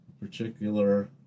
particular